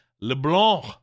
LeBlanc